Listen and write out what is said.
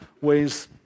ways